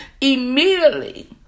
immediately